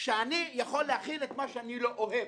שאני יכול להכיל את מה שאני לא אוהב,